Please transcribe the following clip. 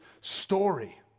story